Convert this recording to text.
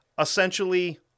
essentially